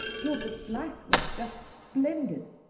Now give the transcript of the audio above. gilbert blythe was just splendid.